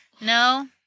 No